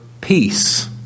peace